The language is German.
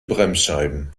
bremsscheiben